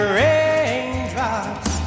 raindrops